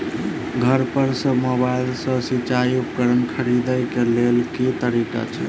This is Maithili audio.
घर पर सऽ मोबाइल सऽ सिचाई उपकरण खरीदे केँ लेल केँ तरीका छैय?